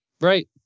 Right